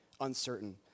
uncertain